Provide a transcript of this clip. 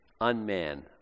unman